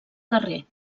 carrer